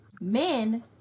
men